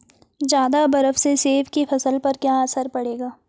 ज़्यादा बर्फ से सेब की फसल पर क्या असर पड़ेगा?